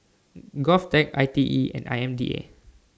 Govtech ITE and IMDA